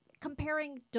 Comparing